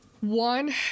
one